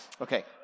okay